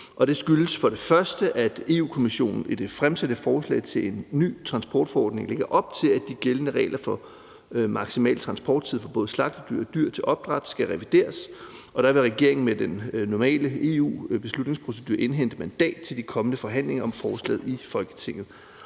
Det skyldes, at Europa-Kommissionen i det fremsatte forslag til en ny transportforordning lægger op til, at de gældende regler for maksimal transporttid for både slagtedyr og dyr til opdræt skal revideres, og der vil regeringen med den normale EU-beslutningsprocedure indhente mandat til de kommende forhandlinger om forslaget i Folketinget.